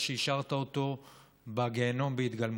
שהשארת אותו בגיהינום בהתגלמותו.